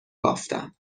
بافتم